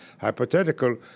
hypothetical